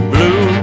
Blue